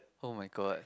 oh my god